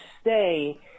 stay